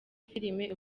filime